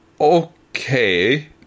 Okay